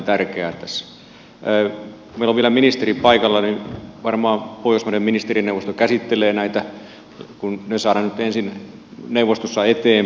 kun meillä on vielä ministeri paikalla niin varmaan pohjoismaiden ministerineuvosto käsittelee näitä kun ne saadaan nyt ensin neuvostossa eteenpäin